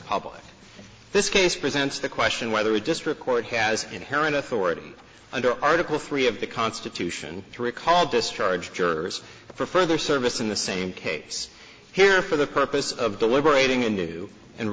public this case presents the question whether a district court has inherent authority under article three of the constitution to recall discharge jurors for further service in the same case here for the purpose of deliberating anew and